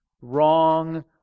wrong